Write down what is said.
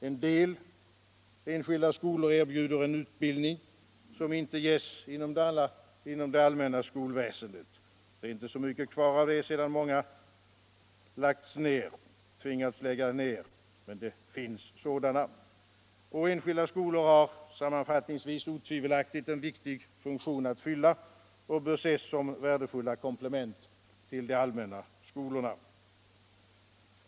En del enskilda skolor erbjuder en utbildning som inte ges inom det allmänna skolväsendet. Det är inte så mvcket kvar av det, sedan många tvingats lägga ned sin verksamhet - men det finns sådana. Enskilda skolor har - sammanfattningsvis — otvivelaktigt en viktig funktion att fylla och bör ses som värdefulla komplement till de allmänna skolorna.